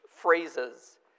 phrases